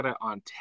on